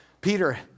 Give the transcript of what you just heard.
Peter